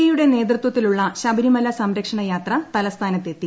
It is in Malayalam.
എ യുടെ ന്നേതൃത്വത്തിലുള്ള ശബരിമല സംരക്ഷണ ന് യാത്ര തലസ്ഥാനത്ത് എത്തി